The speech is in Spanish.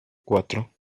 cuatro